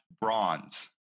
bronze